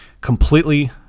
completely